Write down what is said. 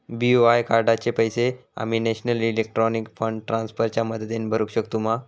BOI कार्डाचे पैसे आम्ही नेशनल इलेक्ट्रॉनिक फंड ट्रान्स्फर च्या मदतीने भरुक शकतू मा?